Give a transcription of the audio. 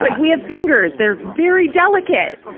like we have fingers they're very delicate.